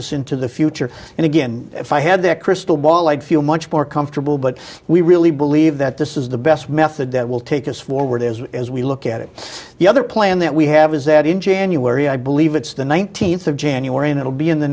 us into the future and again if i had that crystal ball i'd feel much more comfortable but we really believe that this is the best method that will take us forward as as we look at it the other plan that we have is that in january i believe it's the nineteenth of january and it'll be in the